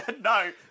No